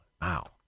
wow